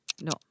No